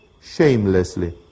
shamelessly